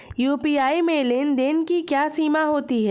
UPI में लेन देन की क्या सीमा होती है?